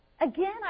Again